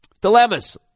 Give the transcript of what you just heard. Dilemmas